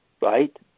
Right